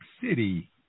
City